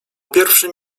pierwszym